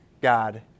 God